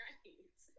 Right